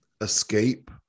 escape